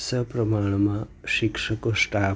સપ્રમાણમાં શિક્ષકો સ્ટાફ